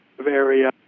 area